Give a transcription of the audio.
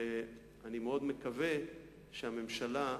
ואני מאוד מקווה שהממשלה,